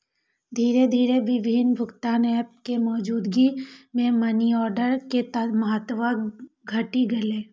धीरे धीरे विभिन्न भुगतान एप के मौजूदगी मे मनीऑर्डर के महत्व घटि गेलै